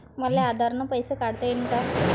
मले आधार न पैसे काढता येईन का?